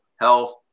health